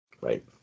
Right